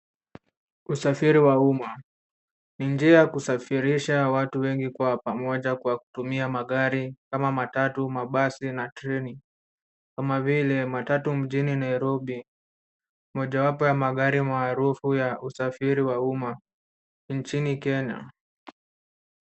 Usafiri wa umma ni njia ya kusafirisha watu wengi kwa pamoja kwa kutumia magari kama matatu, mabasi na treni kama vile matatu mjini Nairobi, mojawapo ya magari maarufu ya usafiri wa umma nchini Kenya.